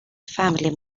family